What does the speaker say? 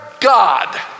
God